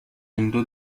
into